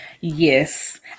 Yes